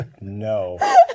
No